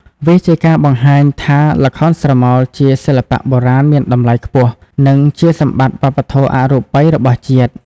វាជាការបង្ហាញថា ល្ខោនស្រមោលជាសិល្បៈបុរាណមានតម្លៃខ្ពស់ និងជាសម្បត្តិវប្បធម៌អរូបីរបស់ជាតិ។